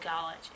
college